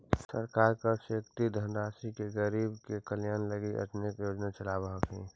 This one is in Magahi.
सरकार कर से एकत्रित धनराशि से गरीब के कल्याण लगी अनेक योजना चलावऽ हई